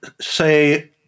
say